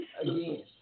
Again